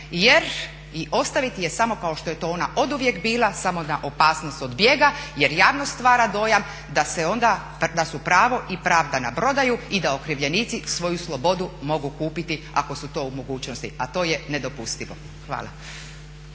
jer, i ostaviti je samo kao što je to ona oduvijek bila samo na opasnost od bijega jer javno stvara dojam da se onda, da su pravo i pravda na prodaju i da okrivljenici svoju slobodu mogu kupiti ako su to u mogućnosti, a to je nedopustivo. Hvala.